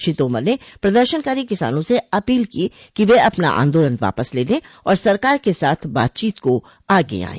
श्री तोमर ने प्रदर्शनकारी किसानों से अपील की कि वे अपना आंदोलन वापस ले लें और सरकार के साथ बातचीत को आगे आएं